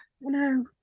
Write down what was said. no